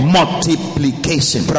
multiplication